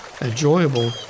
enjoyable